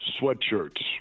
sweatshirts